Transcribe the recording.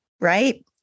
right